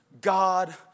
God